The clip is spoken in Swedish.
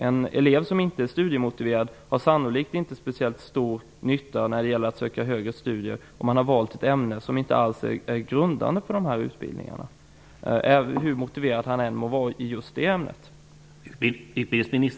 En elev som inte är studiemotiverad har sannolikt inte speciellt stor nytta av att ha valt ett ämne som inte alls är grundande för högre studier -- hur motiverad han än må vara i just det ämnet.